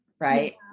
right